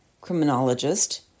criminologist